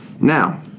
Now